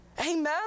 Amen